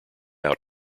out